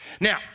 Now